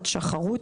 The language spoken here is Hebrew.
עד שחרות,